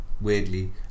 weirdly